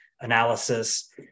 analysis